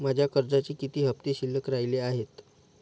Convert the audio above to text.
माझ्या कर्जाचे किती हफ्ते शिल्लक राहिले आहेत?